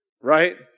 Right